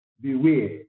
beware